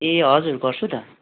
ए हजुर गर्छु त